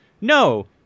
No